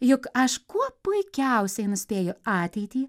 juk aš kuo puikiausiai nuspėju ateitį